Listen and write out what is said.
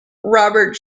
robert